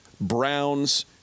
Browns